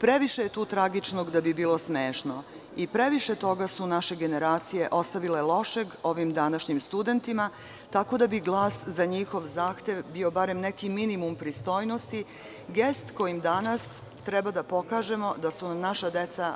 Previše je tu tragičnog da bi bilo smešto i previše toga su naše generacije ostavile lošeg ovim današnjim studentima, tako da bi glas za njihov zahtev bio barem neki minimum pristojnosti, gest kojim danas treba da pokažemo da su naša deca